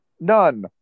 None